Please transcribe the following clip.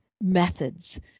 methods